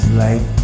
life